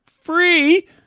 free